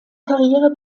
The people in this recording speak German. karriere